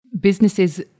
businesses